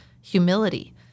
humility